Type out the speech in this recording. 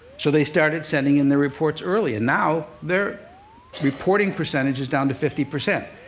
so they started sending in their reports early. and now, their reporting percentage is down to fifty percent,